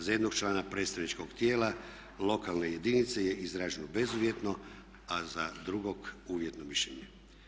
Za jednog člana predstavničkog tijela lokalne jedinice je izraženo bezuvjetno, a za drugog uvjetno mišljenje.